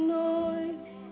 noise